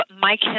Mike